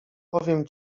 powiem